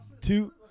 Two